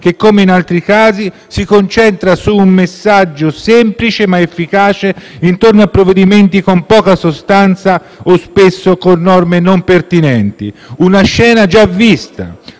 che, come in altri casi, si concentra su un messaggio semplice ma efficace intorno a provvedimenti con poca sostanza o spesso con norme non pertinenti. Una scena già vista: